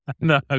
No